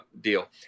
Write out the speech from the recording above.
Deal